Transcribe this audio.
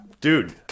dude